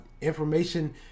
information